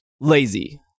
lazy